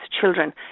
children